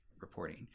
reporting